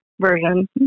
version